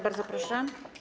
Bardzo proszę.